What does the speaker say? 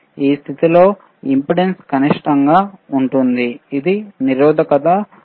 ఈ స్థితిలో ఇంపెడెన్స్ కనిష్టంగా ఉంటుంది ఇది నిరోధకత R